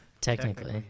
Technically